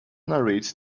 narrates